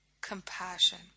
compassion